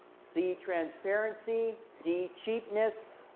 c, transparency, d, cheapness,